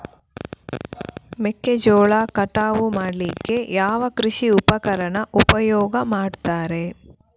ಮೆಕ್ಕೆಜೋಳ ಕಟಾವು ಮಾಡ್ಲಿಕ್ಕೆ ಯಾವ ಕೃಷಿ ಉಪಕರಣ ಉಪಯೋಗ ಮಾಡ್ತಾರೆ?